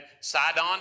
Sidon